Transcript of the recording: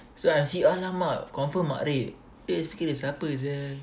so actually !alamak! confirm mat rep eh fikir dia siapa sia